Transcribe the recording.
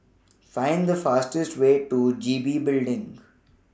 Find The fastest Way to G B Building